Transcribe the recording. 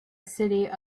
city